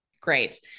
Great